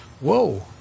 whoa